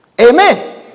amen